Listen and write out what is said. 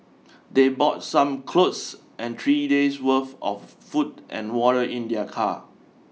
they bought some clothes and three days worth of food and water in their car